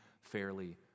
fairly